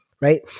Right